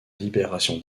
libération